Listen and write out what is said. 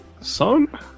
Son